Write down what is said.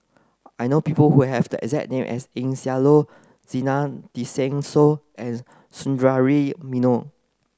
I know people who have the exact name as Eng Siak Loy Zena Tessensohn and Sundaresh Menon